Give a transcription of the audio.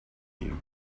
you